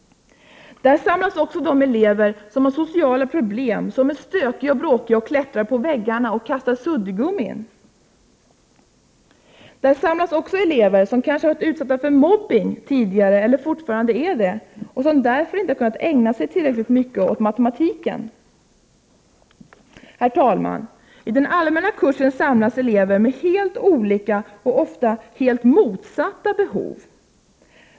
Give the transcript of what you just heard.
Där samlas de elever som har sociala problem, är stökiga och bråkiga och klättrar på väggarna och kastar suddgummin. Där samlas även de elever som tidigare kan ha varit utsatta för mobbning eller fortfarande är utsatta för det och därför inte kunnat ägna sig tillräckligt mycket åt matematiken. Herr talman! I den allmänna kursen finns elever med helt olika och ofta helt motsatta behov.